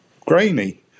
grainy